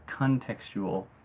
contextual